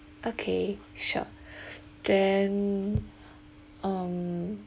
okay sure then um